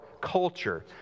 culture